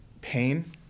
pain